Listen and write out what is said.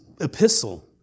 epistle